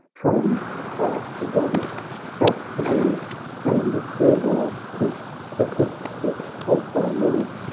trained to pass the goblet at the board and servile kiss the footsteps of thy lord.